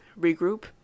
regroup